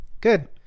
Good